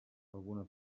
alguna